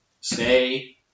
stay